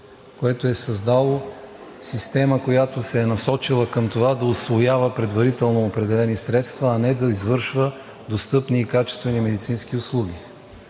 което е създало система, която се е насочила към това да усвоява предварително определени средства, а не да извършва достъпни и качествени медицински услуги.